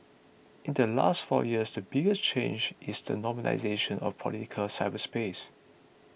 in the last four years the biggest change is the normalisation of political cyberspace